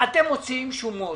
אתם מוציאים שומות,